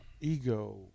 Ego